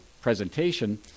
presentation